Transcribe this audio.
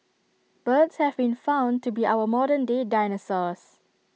birds have been found to be our modern day dinosaurs